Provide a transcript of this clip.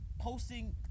posting